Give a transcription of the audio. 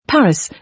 Paris